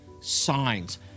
Signs